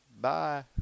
Bye